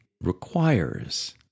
requires